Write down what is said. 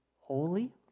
holy